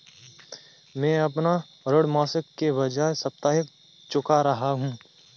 मैं अपना ऋण मासिक के बजाय साप्ताहिक चुका रहा हूँ